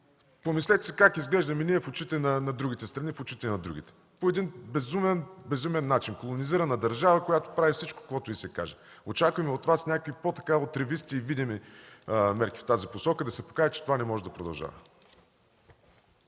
Помислете си как изглеждаме ние в очите на другите страни, в очите и на другите – по един безумен начин, колонизирана държава, която прави всичко, каквото й се каже. Очакваме от Вас по-отривисти и видими мерки в тази посока – да се покаже, че това не може да продължава.